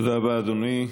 תודה רבה, אדוני.